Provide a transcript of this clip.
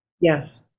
Yes